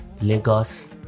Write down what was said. Lagos